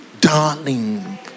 Darling